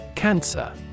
Cancer